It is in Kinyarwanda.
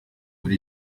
muri